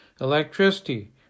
electricity